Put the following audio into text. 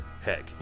Heck